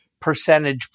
percentage